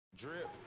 Drip